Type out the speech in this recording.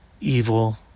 evil